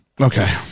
Okay